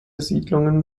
siedlungen